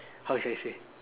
how should I say